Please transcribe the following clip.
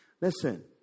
Listen